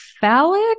phallic